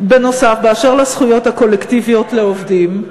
בנוסף, באשר לזכויות הקולקטיביות לעובדים,